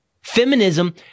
Feminism